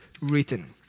written